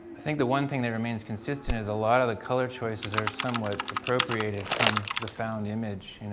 think the one thing that remains consistent is a lot of the color choices are somewhat appropriated from the found image.